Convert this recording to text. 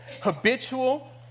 Habitual